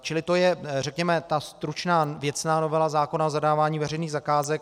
Čili to je řekněme ta stručná věcná novela zákona o zadávání veřejných zakázek.